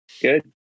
Good